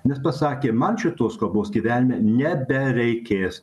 nes pasakė man šitos kalbos gyvenime nebereikės